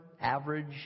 average